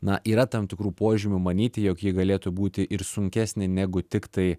na yra tam tikrų požymių manyti jog ji galėtų būti ir sunkesnė negu tiktai